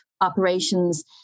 operations